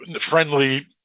friendly